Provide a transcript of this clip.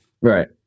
Right